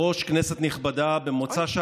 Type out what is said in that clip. הצלחה.